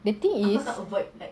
the thing